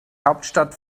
hauptstadt